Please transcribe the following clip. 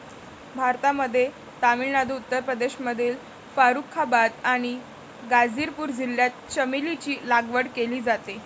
भारतामध्ये तामिळनाडू, उत्तर प्रदेशमधील फारुखाबाद आणि गाझीपूर जिल्ह्यात चमेलीची लागवड केली जाते